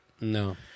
no